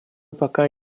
пока